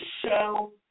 show